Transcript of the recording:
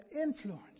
influence